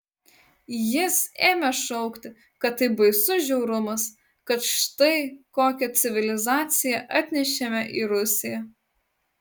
jis ėmė šaukti kad tai baisus žiaurumas kad štai kokią civilizaciją atnešėme į rusiją